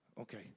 Okay